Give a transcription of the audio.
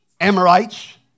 Amorites